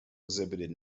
exhibited